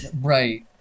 Right